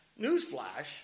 newsflash